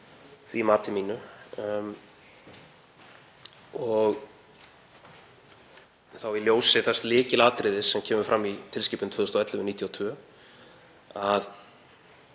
því mati mínu og þá í ljósi þess lykilatriðis, eins og kemur fram í tilskipun nr. 2011/92, að